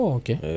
okay